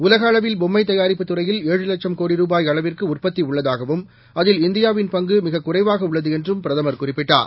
உலகஅளவில்பொம்மைதயாரிப்புதுறையில் லட்சம்கோடிரூபாய்அளவுக்குஉற்பத்திஉள்ளதாகவும் அதில்இந்தியாவின்பங்குமிக்க்குறைவாகஉள்ளதுஎன்றும்பி ரதமர்குறிப்பிட்டார்